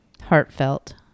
heartfelt